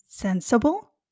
Sensible